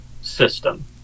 system